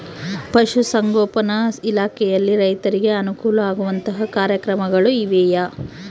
ಪಶುಸಂಗೋಪನಾ ಇಲಾಖೆಯಲ್ಲಿ ರೈತರಿಗೆ ಅನುಕೂಲ ಆಗುವಂತಹ ಕಾರ್ಯಕ್ರಮಗಳು ಇವೆಯಾ?